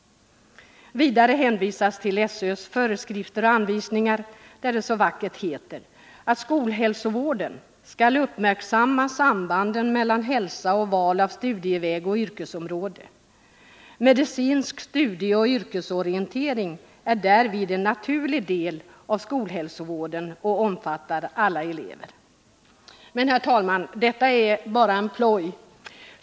Vidare hänvisar man till SÖ:s föreskrifter och anvisningar, där det så vackert heter att skolhälsovården skall uppmärksamma sambanden mellan hälsa och val av studieväg och yrkesområde samt att medicinsk studieoch yrkesorientering därvid är en naturlig del av skolhälsovården och omfattar alla elever. Men, herr talman, detta är bara en ploj.